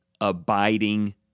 abiding